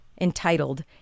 entitled